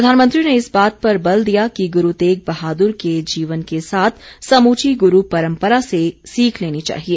प्रधानमंत्री ने इस बात पर बल दिया कि गुरू तेग बहादुर के जीवन के साथ समूची गुरू परम्परा से सीख लेनी चाहिए